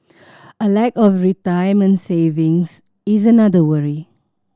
a lack of retirement savings is another worry